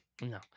No